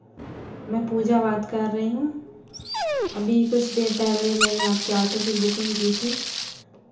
मैं पूजा बात कर रही हूँ अभी कुछ देर पहले मैंने आपके ऑटो की बुकिंग की थी